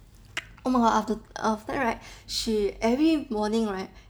oh after after right she every morning right